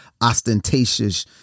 ostentatious